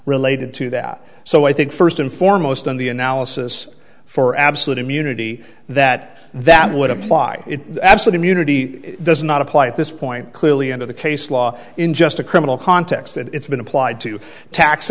related to that so i think first and foremost on the analysis for absolute immunity that that would apply if absolute immunity does not apply at this point clearly under the case law in just a criminal context and it's been applied to tax